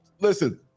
listen